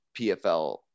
PFL